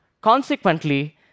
Consequently